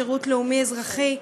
שירות לאומי-אזרחי,